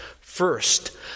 First